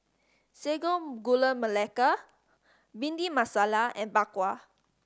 Sago Gula Melaka Bhindi Masala and Bak Kwa